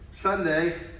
Sunday